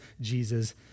Jesus